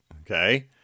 Okay